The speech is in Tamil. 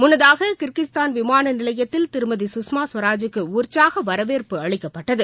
முன்னதாககிர்கிஷ்தான் விமானநிலையத்தில் திருமதி சுஷ்மா ஸ்வராஜ் க்குஉற்சாகவரவேற்பு அளிக்கப்பட்டது